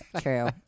True